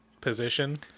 position